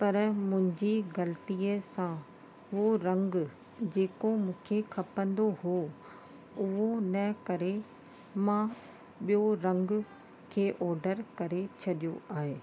पर मुंहिंजी ग़लितीअ सां उहो रंग जेको मूंखे खपंदो हुओ उहो इनकरे मां ॿियों रंग खे ऑडर करे छॾियो आहे